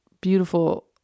beautiful